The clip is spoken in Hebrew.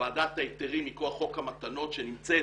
לוועדת ההיתרים מכוח חוק המתנות שנמצאת